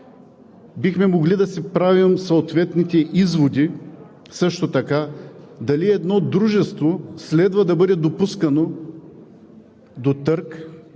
Бихме могли да си правим съответните изводи също така дали едно дружество следва да бъде допускано до търг,